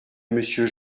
monsieur